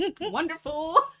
wonderful